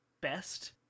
best